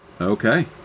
Okay